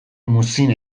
muzin